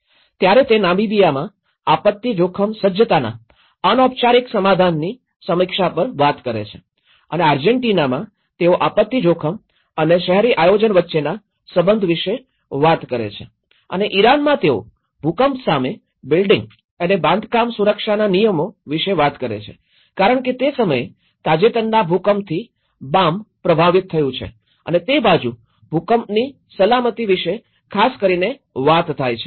ત્યારે તે નામિબિયામાં આપત્તિ જોખમ સજ્જતાના અનૌપચારિક સમાધાનની સમીક્ષા પર વાત કરે છે અને આર્જેન્ટિનામાં તેઓ આપત્તિ જોખમ અને શહેરી આયોજન વચ્ચેના સંબંધ વિશે વાત કરે છે અને ઈરાનમાં તેઓ ભૂકંપ સામે બિલ્ડિંગ અને બાંધકામ સુરક્ષાના નિયમો વિશે વાત કરે છે કારણ કે તે સમયે તાજેતરના ભૂકંપથી બામ પ્રભાવિત થયું છે અને તે બાજુ ભૂકંપની સલામતી વિશે ખાસ કરીને વાત થાય છે